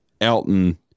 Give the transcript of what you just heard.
Elton